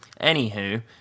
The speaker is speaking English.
Anywho